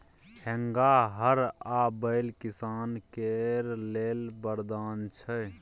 हेंगा, हर आ बैल किसान केर लेल बरदान छै